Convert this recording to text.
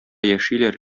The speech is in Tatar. яшиләр